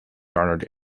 garnered